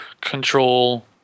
control